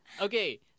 Okay